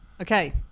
Okay